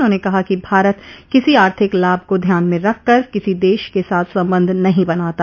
उन्होंने कहा कि भारत किसी आर्थिक लाभ को ध्यान में रखकर किसी देश के साथ संबंध नहीं बनाता